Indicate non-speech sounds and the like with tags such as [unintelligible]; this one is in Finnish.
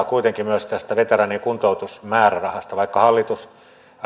[unintelligible] kuitenkin myös muistuttaa tästä veteraanien kuntoutusmäärärahasta vaikka hallitus